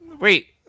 Wait